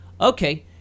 okay